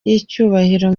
y’icyubahiro